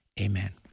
Amen